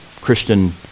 christian